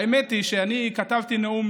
האמת היא שאני כתבתי נאום